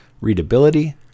readability